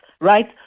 right